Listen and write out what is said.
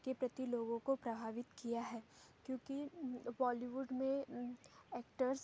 के प्रति लोगों को प्रभावित किया है क्योंकि बॉलीवुड में ऐक्टर्स